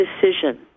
decision